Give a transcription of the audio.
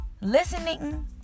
listening